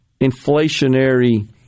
inflationary